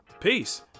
Peace